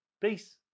Peace